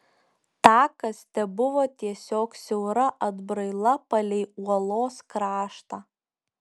takas tebuvo tiesiog siaura atbraila palei uolos kraštą